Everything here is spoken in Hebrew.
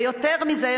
ויותר מזה,